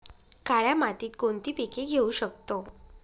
काळ्या मातीत कोणती पिके घेऊ शकतो?